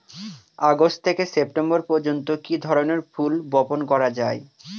August থেকে September পর্যন্ত কি ধরনের ফুল বপন করা যায়?